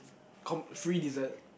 com~ free dessert